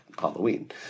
Halloween